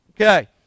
Okay